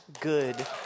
good